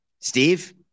Steve